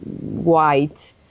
white